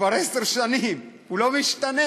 כבר עשר שנים, הוא לא משתנה.